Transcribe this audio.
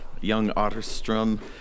Young-Otterstrom